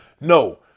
No